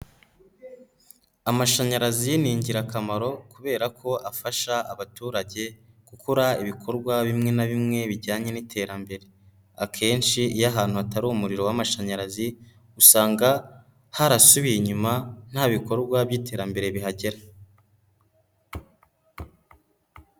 Amashanyarazi ni ingirakamaro kubera ko afasha abaturage gukora ibikorwa bimwe na bimwe bijyanye n'iterambere. Akenshi iyo ahantu hatari umuriro w'amashanyarazi, usanga harasubiye inyuma nta bikorwa by'iterambere bihagera.